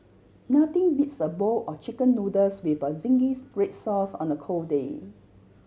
nothing beats a bowl of Chicken Noodles with a zingy red sauce on a cold day